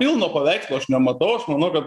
pilno paveikslo aš nematau aš manau kad